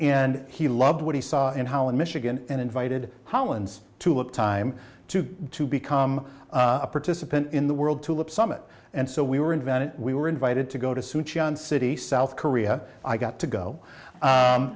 and he loved what he saw in holland michigan and invited holland's tulip time to to become a participant in the world tulip summit and so we were invented we were invited to go to suit your own city south korea i got to go